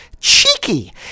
Cheeky